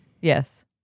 Yes